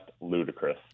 ludicrous